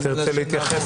וגם אם זה לא המניע,